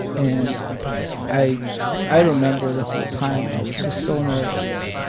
and i i remember the whole time, i was just so nervous.